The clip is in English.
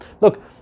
look